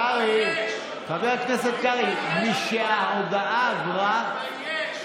קרעי, חבר הכנסת קרעי, משההודעה עברה, תתבייש.